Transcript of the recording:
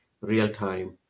real-time